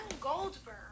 Goldberg